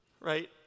Right